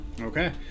Okay